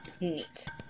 Neat